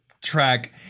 track